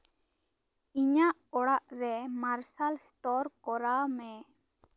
ᱤᱧᱟᱹᱜ ᱚᱲᱟᱜ ᱨᱮ ᱢᱟᱨᱥᱟᱞ ᱥᱛᱚᱨ ᱠᱚᱨᱟᱣ ᱢᱮ